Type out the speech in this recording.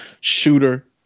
shooter